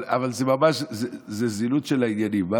אבל זה ממש זילות של העניינים.